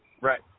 Right